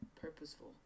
purposeful